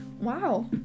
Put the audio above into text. Wow